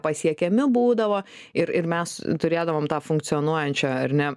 pasiekiami būdavo ir ir mes turėdavom tą funkcionuojančią ar ne